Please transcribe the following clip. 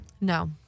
No